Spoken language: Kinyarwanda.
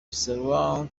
bisaba